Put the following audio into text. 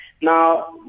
Now